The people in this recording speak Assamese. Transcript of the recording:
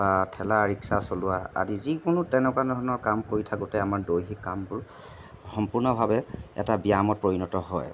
বা ঠেলা ৰিক্সা চলোৱা আদি যিকোনো তেনেকুৱা ধৰণৰ কাম কৰি থাকোঁতে আমাৰ দৈহিক কামবোৰ সম্পূৰ্ণভাৱে এটা ব্যায়ামত পৰিণত হয়